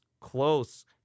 close